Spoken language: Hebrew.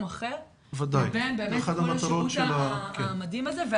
אחר ובין באמת כל השירות המדהים הזה.